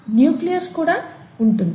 nucleus కూడా ఉంటుంది